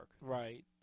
Right